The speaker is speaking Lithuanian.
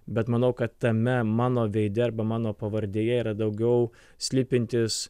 bet manau kad tame mano veide arba mano pavardėje yra daugiau slypintis